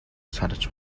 санаж